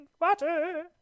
water